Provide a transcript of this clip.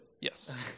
Yes